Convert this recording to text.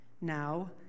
Now